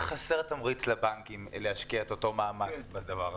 חסר תמריץ לבנקים להשקיע את אותו מאמץ בדבר הזה.